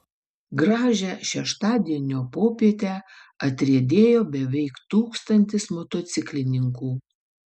gražią šeštadienio popietę atriedėjo beveik tūkstantis motociklininkų